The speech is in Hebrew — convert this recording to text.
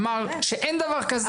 אמר שאין דבר כזה,